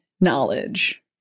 knowledge